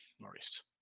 Maurice